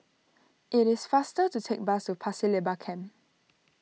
it is faster to take bus to Pasir Laba Camp